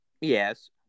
Yes